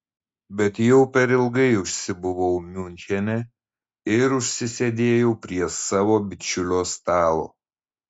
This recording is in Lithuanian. bet jau per ilgai užsibuvau miunchene ir užsisėdėjau prie savo bičiulio stalo